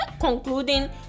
concluding